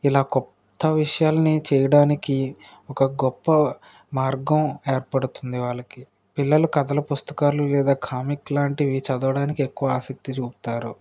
ఇలా కొత్త విషయాలని చేయడానికి ఒక గొప్ప మార్గం ఏర్పడుతుంది వాళ్ళకి పిల్లలు కథలు పుస్తకాలు లేదా కామిక్ లాంటివి చదవడానికి ఎక్కువ ఆసక్తి చూపుతారు